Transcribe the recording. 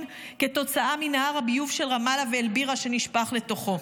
כתוצאה מנהר הביוב של רמאללה ואל-בירה הנשפך לתוכו.